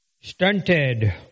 stunted